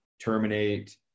terminate